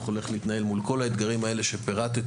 הולך להתנהל מול כל האתגרים האלה שפירטתי.